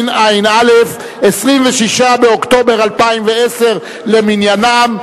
61 בעד, 34 נגד, אין נמנעים.